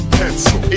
pencil